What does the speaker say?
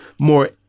more